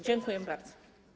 Dziękuję bardzo.